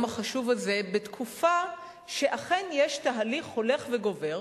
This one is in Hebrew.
החשוב הזה בתקופה שאכן יש תהליך הולך וגובר,